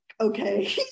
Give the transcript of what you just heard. okay